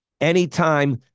Anytime